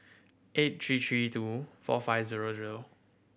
eight three three two four five zero zero